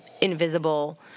invisible